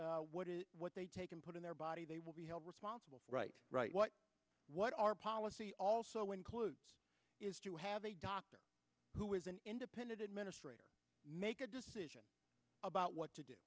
what they take and put in their body they will be held responsible right right what what our policy also includes is to have a doctor who is in independent administrator make a decision about what to